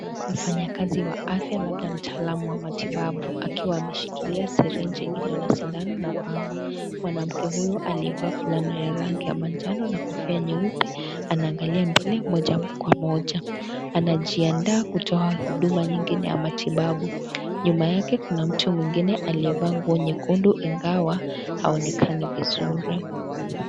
Mfanyakazi wa afya labda mtaalamu wa matibabu akiwa ameshikilia sirinji iliyo na sindano na pamba. Mwanamke huyu aliyevaa fulana ya rangi ya manjano na kofia nyeupe anaamgalia mbele moja kwa moja. Anajiandaa kuta huduma nyingine ya matibabu. Nyuma yake kuna mwtu mwengine aliyevaa nguo nyekundu ingawa haonekani vizuri.